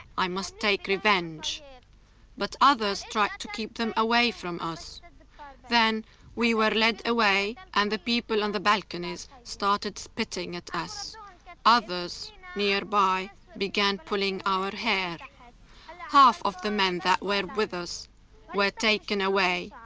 i must take revenge but others tried to keep them away from us then we were led away and the people on the balconies started spitting at us others nearby began pulling our hair and half of the men that were with us were taken away,